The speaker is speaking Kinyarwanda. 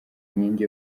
inkingi